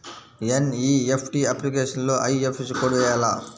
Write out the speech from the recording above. NEFT అప్లికేషన్లో IFSC code వేయాలా?